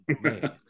man